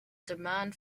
demand